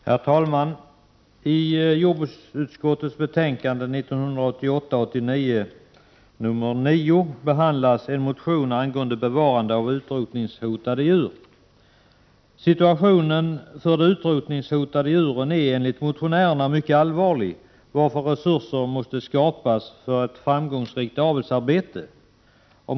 Herr talman! I jordbruksutskottets betänkande 1988/89:9 behandlas en motion om bevarande av utrotningshotade djur. Situationen för de utrotningshotade djuren är enligt motionärerna mycket allvarlig, varför resurser måste skapas för ett framgångsrikt avelsarbete.